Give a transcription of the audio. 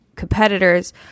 competitors